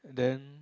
then